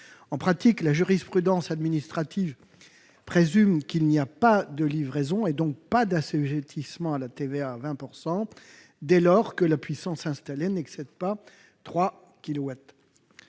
En pratique, la jurisprudence administrative présume qu'il n'y a pas de livraison, donc pas d'assujettissement à la TVA à 20 %, dès lors que la puissance installée n'excède pas 3